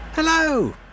Hello